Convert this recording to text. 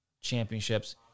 Championships